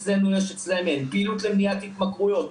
פעילות למניעת התמכרויות,